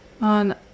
on